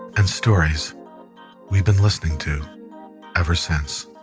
and stories we've been listening to ever since.